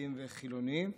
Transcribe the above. דתיים וחילונים.